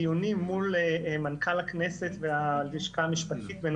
בדיונים מול מנכ"ל הכנסת והלשכה המשפטית.